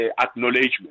acknowledgement